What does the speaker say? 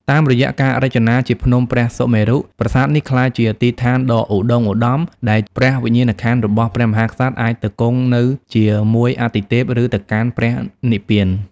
តាមរយៈការរចនាជាភ្នំព្រះសុមេរុ ប្រាសាទនេះក្លាយជាទីឋានដ៏ឧត្ដុង្គឧត្ដម ដែលព្រះវិញ្ញាណក្ខន្ធរបស់ព្រះមហាក្សត្រអាចទៅគង់នៅជាមួយអាទិទេព ឬទៅកាន់ព្រះនិព្វាន។